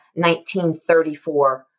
1934